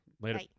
later